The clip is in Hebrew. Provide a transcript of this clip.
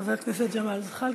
חבר הכנסת ג'מאל זחאלקה.